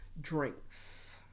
drinks